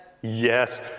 Yes